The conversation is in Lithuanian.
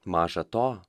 maža to